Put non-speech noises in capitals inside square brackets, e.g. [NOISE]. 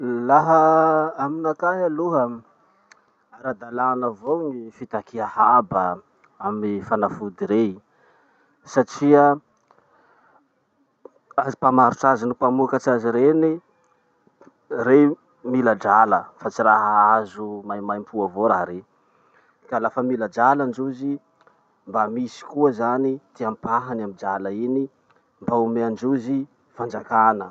Laha aminakahy aloha, ara-dalàna avao ny fitakia haba amy fanafody rey satria [HESITATION] azy mpamarotsy azy noho mpamokatr'azy reny, rey mila drala fa tsy raha azo maimaimpoa avao raha rey. Ka lafa mila drala ndrozy, mba misy koa zany ty ampahany amy drala iny mba omeandrozy fanjakana.